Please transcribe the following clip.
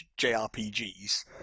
JRPGs